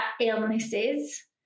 illnesses